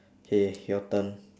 K your turn